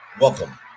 welcome